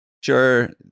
sure